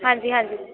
ਹਾਂਜੀ ਹਾਂਜੀ